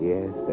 Yes